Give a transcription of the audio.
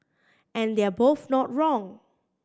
and they're both not wrong